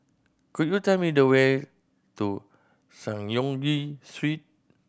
could you tell me the way to Synagogue Street